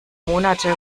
monate